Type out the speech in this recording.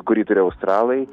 kurį turi australai